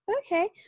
Okay